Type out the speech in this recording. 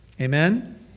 Amen